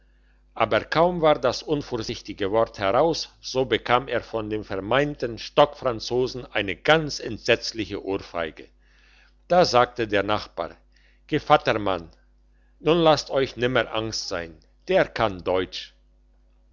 aber kaum war das unvorsichtige wort heraus so bekam er von dem vermeinten stockfranzosen eine ganz entsetzliche ohrfeige da sagte der nachbar gevattermann nun lasst euch nimmer angst sein der kann deutsch